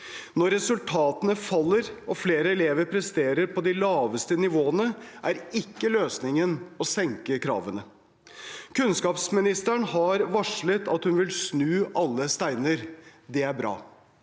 Når resultatene faller og flere elever presterer på de laveste nivåene, er ikke løsningen å senke kravene. Kunnskapsministeren har varslet at hun vil snu alle steiner. Det er bra.